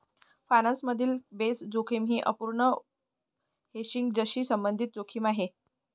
finance मधील base जोखीम ही अपूर्ण हेजिंगशी संबंधित जोखीम आहे